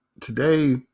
today